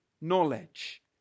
knowledge